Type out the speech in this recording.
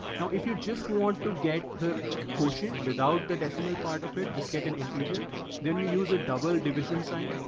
now, if you just want to get the quotient without the decimal part of it, just get an integer then you use a double division sign.